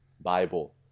Bible